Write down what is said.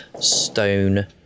stone